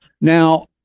Now